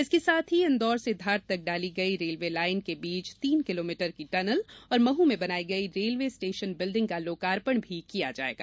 इसके साथ ही इन्दौर से धार तक डाली गई रेलवे लाइन के बीच तीन किलोमीटर की टनल और महू में बनाई गई रेलवे स्टेशन बिल्डिंग का लोकार्पण भी किया जायेगा